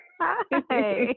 Hi